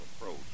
approach